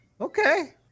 Okay